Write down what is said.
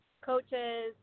coaches